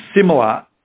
similar